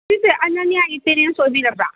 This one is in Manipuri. ꯁꯤꯁꯦ ꯑꯅꯅ꯭ꯌꯒꯤ ꯄꯦꯔꯦꯟꯁ ꯑꯣꯏꯕꯤꯔꯕ꯭ꯔꯥ